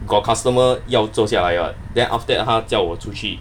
got customer 要坐下来 [what] then after that 他叫我出去